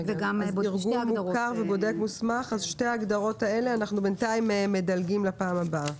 על שתי ההגדרות האלה אנחנו מדלגים לפעם הבאה.